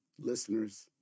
listeners